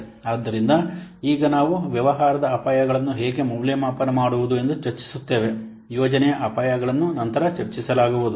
ಆದ್ದರಿಂದ ಈಗ ನಾವು ವ್ಯವಹಾರದ ಅಪಾಯಗಳನ್ನು ಹೇಗೆ ಮೌಲ್ಯಮಾಪನ ಮಾಡುವುದು ಎಂದು ಚರ್ಚಿಸುತ್ತೇವೆ ಯೋಜನೆಯ ಅಪಾಯಗಳನ್ನು ನಂತರ ಚರ್ಚಿಸಲಾಗುವುದು